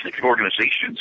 organizations